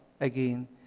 again